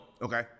Okay